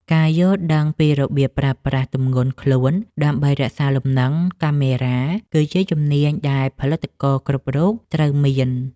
ការយល់ដឹងពីរបៀបប្រើប្រាស់ទម្ងន់ខ្លួនដើម្បីរក្សាលំនឹងកាមេរ៉ាគឺជាជំនាញដែលផលិតករគ្រប់រូបត្រូវមាន។